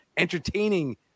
entertaining